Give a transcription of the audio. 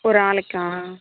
ஒரு ஆளுக்கா